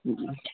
جی